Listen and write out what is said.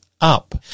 up